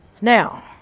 Now